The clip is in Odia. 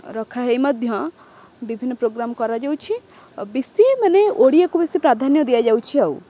ରଖାହୋଇ ମଧ୍ୟ ବିଭିନ୍ନ ପ୍ରୋଗ୍ରାମ୍ କରାଯାଉଛି ଆଉ ବେଶୀ ମାନେ ଓଡ଼ିଆକୁ ବେଶୀ ପ୍ରାଧାନ୍ୟ ଦିଆଯାଉଛି ଆଉ